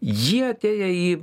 jie atėję į